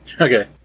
Okay